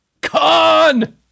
Con